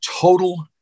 total